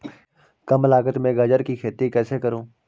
कम लागत में गाजर की खेती कैसे करूँ?